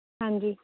ਹਾਂਜੀ